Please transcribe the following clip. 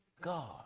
God